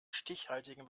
stichhaltigen